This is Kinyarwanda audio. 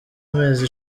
amezi